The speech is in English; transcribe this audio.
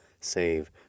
save